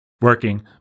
working